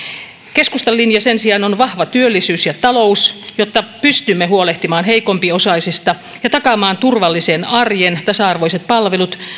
keskustan linja sen sijaan on vahva työllisyys ja talous jotta pystymme huolehtimaan heikompiosaisista ja takaamaan turvallisen arjen tasa arvoiset palvelut